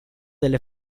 delle